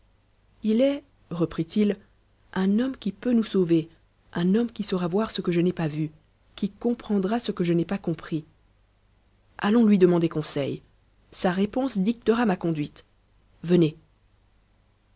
il est reprit-il un homme qui peut nous sauver un homme qui saura voir ce que je n'ai pas vu qui comprendra ce que je n'ai pas compris allons lui demander conseil sa réponse dictera ma conduite venez